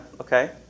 Okay